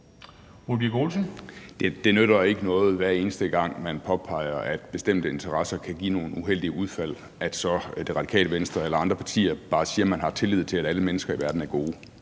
Det nytter ikke noget, hver eneste gang man påpeger, at bestemte interesser kan give nogle uheldige udfald, at Det Radikale Venstre eller andre partier bare siger, at man har tillid til, at alle mennesker i verden er gode.